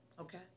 Okay